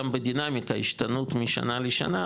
גם בדינמיקה בהשתנות משנה לשנה,